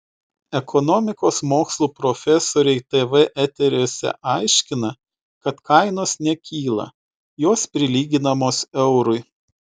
ekonomikos mokslų profesoriai tv eteriuose aiškina kad kainos nekyla jos prilyginamos eurui